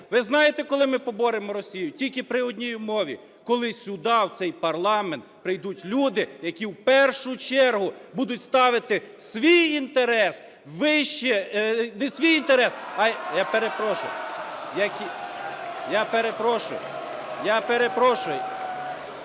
Ви знаєте, коли ми поборемо Росію? Тільки при одній умові: коли сюди, в цей парламент, прийдуть люди, які в першу чергу будуть ставити свій інтерес вище… не свій інтерес,